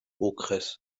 okres